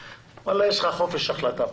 או מצילת חיים או מאפשרת חיים סבירים ללא כאב.